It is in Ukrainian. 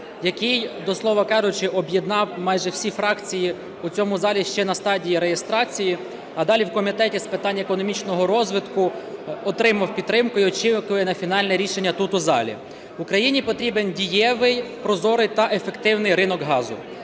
який, до слова кажучи, об'єднав майже всі фракції в цьому залі ще на стадії реєстрації, а далі в Комітеті з питань економічного розвитку отримав підтримку і очікує на фінальне рішення тут в залі. Україні потрібен дієвий прозорий та ефективний ринок газу.